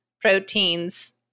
proteins